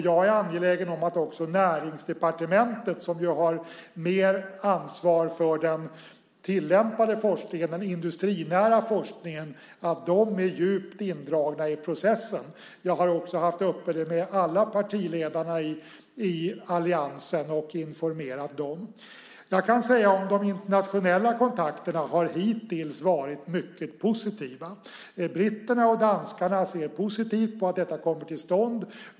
Jag är angelägen om att också Näringsdepartementet, som ju har mer ansvar för den tillämpade forskningen, den industrinära forskningen, är djupt indragna i processen. Jag har också haft det uppe med alla partiledarna i alliansen och informerat dem. Jag kan säga att de internationella kontakterna hittills har varit mycket positiva. Britterna och danskarna ser positivt på att detta kommer till stånd.